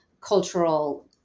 cultural